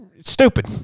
stupid